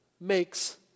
makes